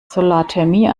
solarthermie